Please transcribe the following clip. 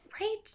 Right